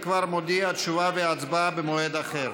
אני כבר מודיע: תשובה והצבעה במועד אחר.